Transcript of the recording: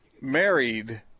married